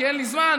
כי אין לי זמן,